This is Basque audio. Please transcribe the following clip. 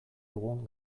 dugun